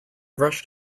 rushed